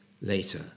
later